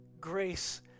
grace